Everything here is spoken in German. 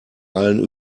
allen